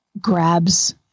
grabs